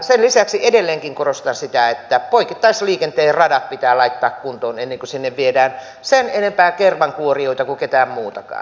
sen lisäksi edelleenkin korostan sitä että poikittaisliikenteen radat pitää laittaa kuntoon ennen kuin sinne viedään sen enempää kermankuorijoita kuin ketään muutakaan